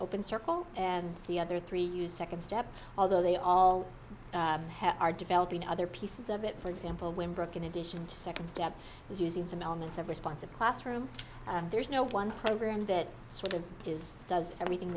open circle and the other three use second step although they all have are developing other pieces of it for example when brooke in addition to second guess is using some elements of responsive classroom there is no one program that sort of is does everything